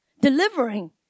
delivering